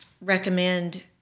recommend